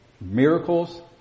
miracles